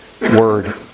word